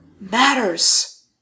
matters